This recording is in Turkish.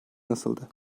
nasıldı